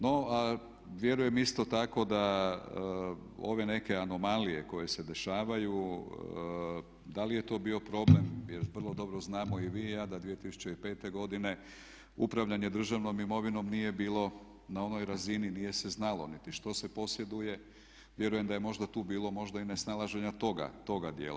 No, vjerujem isto tako da ove neke anomalije koje se dešavaju da li je to bio problem jer vrlo dobro znamo i vi i ja da 2005. godine upravljanje državnom imovinom nije bilo na onoj razini, nije se znalo niti što se posjeduje, vjerujem da je možda tu bilo možda i nesnalaženja toga dijela.